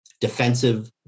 defensive